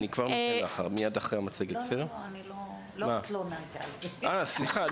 יש עלייה של 19% במספר ביקורי הילדים במיון פסיכיאטרי